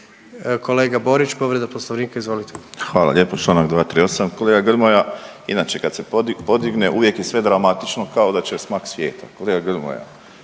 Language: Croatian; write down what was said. Kolega Borić, povreda Poslovnika. Izvolite. **Borić, Josip (HDZ)** Hvala lijepa. Članak 238. Kolega Grmoja i inače kad se podigne uvijek je sve dramatično kao da će smak svijeta. Kolega Grmoja